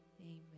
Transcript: amen